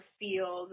feel